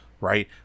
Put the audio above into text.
right